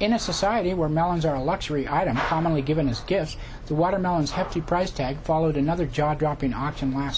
in a society where melons are a luxury item how many given as gifts the watermelons have to price tag followed another job dropping auction last